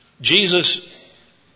Jesus